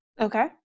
Okay